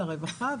לרווחה,